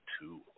two